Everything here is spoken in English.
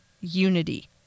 unity